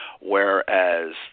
whereas